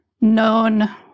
known